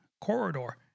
corridor